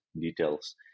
details